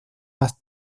más